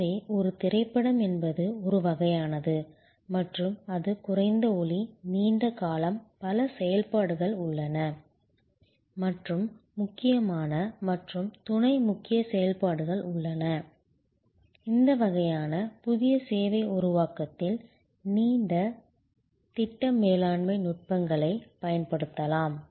எனவே ஒரு திரைப்படம் என்பது ஒரு வகையானது மற்றும் அது குறைந்த ஒலி நீண்ட காலம் பல செயல்பாடுகள் உள்ளன மற்றும் முக்கியமான மற்றும் துணை முக்கிய செயல்பாடுகள் உள்ளன இந்த வகையான புதிய சேவை உருவாக்கத்தில் நீங்கள் திட்ட மேலாண்மை நுட்பங்களைப் பயன்படுத்தலாம்